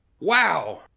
Wow